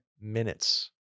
minutes